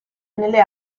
nelle